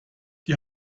die